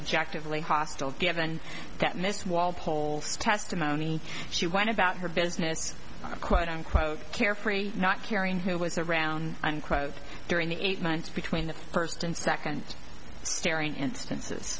objectively hostile given that miss walpole's testimony she went about her business quote unquote carefree not caring who was around on credit during the eight months between the first and second staring instances